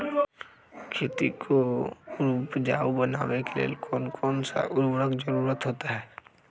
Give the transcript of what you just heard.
खेती को उपजाऊ बनाने के लिए कौन कौन सा उर्वरक जरुरत होता हैं?